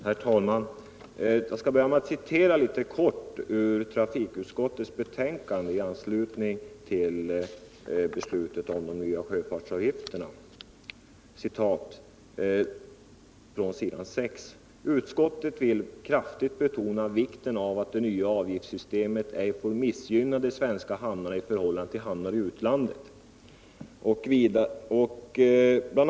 Herr talman! Jag skall börja med att citera litet ur trafikutskottets betänkande nr 8, s. 6, i anslutning till beslutet om de nya sjöfartsavgifterna: ”Utskottet vill kraftigt betona vikten av att det nya avgiftssystemet ej får missgynna de svenska hamnarna i förhållande till hamnar i utlandet. —-- Bl.